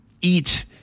eat